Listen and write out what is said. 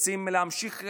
רוצים להמשיך,